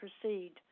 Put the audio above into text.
proceed